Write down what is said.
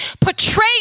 portray